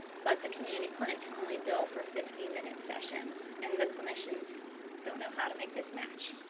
but the community clinic can only build for fifteen minute sessions and the clinicians don't know how to make this match.